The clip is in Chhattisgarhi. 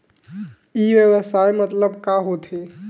ई व्यवसाय मतलब का होथे?